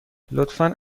لطفا